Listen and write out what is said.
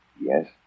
Yes